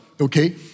okay